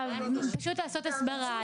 פשוט לעשות הסברה,